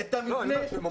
זה לא מה שכתוב.